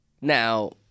now